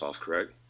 correct